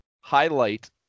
highlight